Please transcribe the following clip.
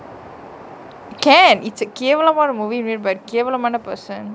can it's a கேவலமான:kevalamaana movie may but கேவலமான:kevalamaana person